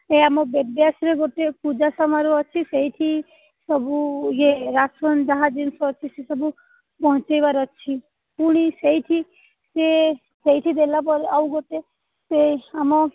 ଏଇ ଆମ ଦେବବ୍ୟାସ ରେ ଗୋଟେ ପୂଜା ସମାରୋହ ଅଛି ସେଇଠି ସବୁ ଇଏ ରାସନ୍ ଯାହା ଜିନିଷ ଅଛି ସବୁ ପହଞ୍ଚାଇବାର ଅଛି ପୁଣି ସେଇଠି ସିଏ ସେଇଠି ଦେଲା ପରେ ଆଉ ଗୋଟେ ସେଇ ଆମ